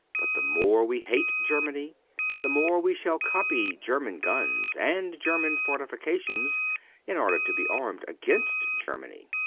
but the more we hate germany the more we shall copy german guns and german fortifications in order to be armed against germany.